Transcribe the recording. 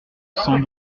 cent